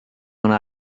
una